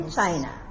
China